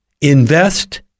Invest